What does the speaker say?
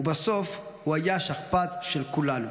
בסוף הוא היה השכפ"ץ של כולנו.